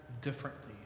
differently